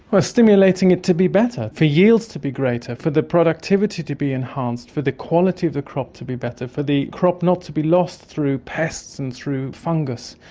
but stimulating it to be better, for yields to be greater, for the productivity to be enhanced, for the quality of the crop to be better, for the crop not to be lost through pests and through fungus.